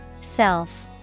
Self